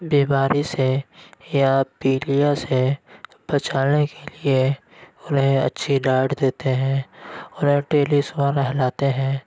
بیماری سے یا پیلیا سے بچانے کے لیے انہیں اچھی ڈائٹ دیتے ہیں انہیں ٹیلی صبح نہلاتے ہیں